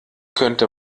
könnte